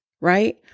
right